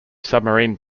submarine